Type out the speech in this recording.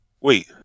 Wait